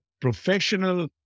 professional